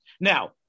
Now